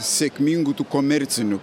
sėkmingų tų komercinių